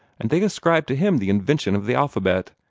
and they ascribe to him the invention of the alphabet.